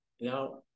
now